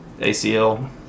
ACL